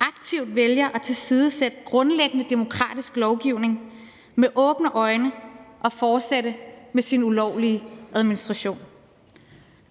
aktivt vælger at tilsidesætte grundlæggende demokratisk lovgivning med åbne øjne og fortsætte med sin ulovlige administration.